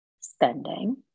spending